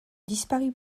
disparut